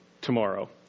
tomorrow